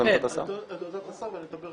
אתן את עמדת השר.